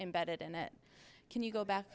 embedded in it can you go back